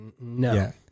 no